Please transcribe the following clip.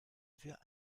für